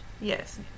Yes